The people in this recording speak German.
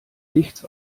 nichts